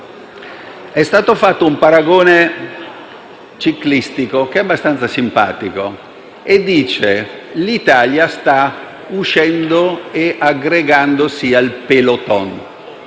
È stato fatto un paragone ciclistico che è abbastanza simpatico secondo il quale l'Italia sta uscendo e aggregandosi al *peloton*: